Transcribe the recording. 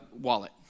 wallet